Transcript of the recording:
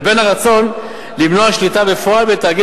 לבין הרצון למנוע שליטה בפועל בתאגיד